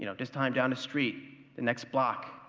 you know this time down the street, the next block,